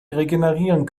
regenerieren